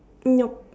nope